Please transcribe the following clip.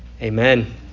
Amen